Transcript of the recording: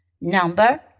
Number